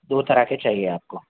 دو طرح کے چاہیے آپ کو